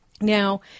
Now